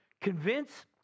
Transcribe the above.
Convince